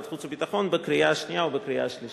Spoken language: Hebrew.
החוץ והביטחון בקריאה שנייה ובקריאה שלישית.